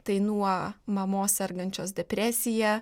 tai nuo mamos sergančios depresija